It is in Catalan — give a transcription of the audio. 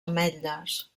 ametlles